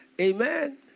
Amen